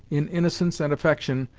in innocence and affection,